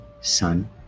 son